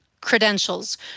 credentials